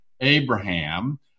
Abraham